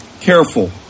careful